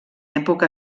època